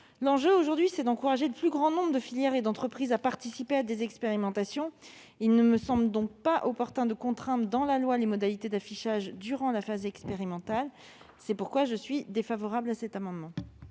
Aujourd'hui, le but est d'encourager le plus grand nombre de filières et d'entreprises à participer à des expérimentations. Il ne me semble donc pas opportun que la loi rende les modalités d'affichage contraignantes durant la phase expérimentale. C'est pourquoi je suis défavorable à cet amendement.